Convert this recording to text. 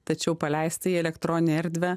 tačiau paleisti į elektroninę erdvę